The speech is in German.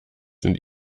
sind